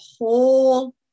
whole